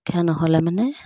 শিক্ষা নহ'লে মানে